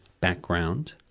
background